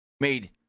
made